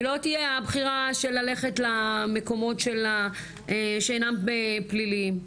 היא לא תהיה הבחירה של ללכת למקומות שאינם פליליים,